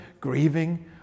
grieving